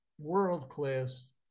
world-class